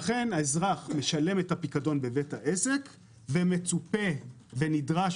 לכן האזרח משלם את הפיקדון בבית העסק ומצופה ונדרש